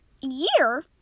year